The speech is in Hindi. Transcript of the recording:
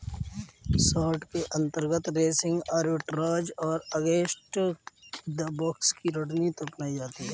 शार्ट के अंतर्गत रेसिंग आर्बिट्राज और अगेंस्ट द बॉक्स की रणनीति अपनाई जाती है